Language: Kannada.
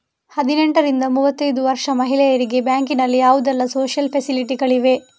ಹದಿನೆಂಟರಿಂದ ಮೂವತ್ತೈದು ವರ್ಷ ಮಹಿಳೆಯರಿಗೆ ಬ್ಯಾಂಕಿನಲ್ಲಿ ಯಾವುದೆಲ್ಲ ಸೋಶಿಯಲ್ ಫೆಸಿಲಿಟಿ ಗಳಿವೆ?